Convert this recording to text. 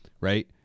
right